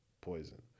poison